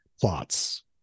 plots